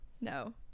No